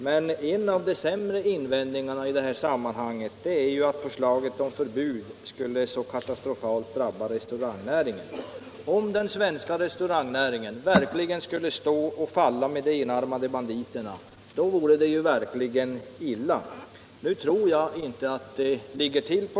Men en av de sämre invändningarna i det här sammanhanget är att ett förbud så katastrofalt skulle drabba restaurangnäringen. Om den svenska restaurangnäringen verkligen skulle stå och falla med de enarmade banditerna, vore det illa. Nu tror jag inte att det ligger till så.